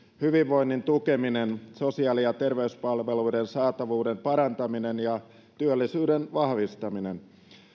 hyvinvoinnin tukeminen sosiaali ja terveyspalveluiden saatavuuden parantaminen ja työllisyyden vahvistaminen